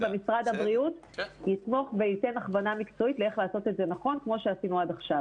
ומשרד הבריאות ייתן הכוונה איך לעשות את זה נכון כמו שעשינו עד עכשיו.